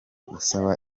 usaba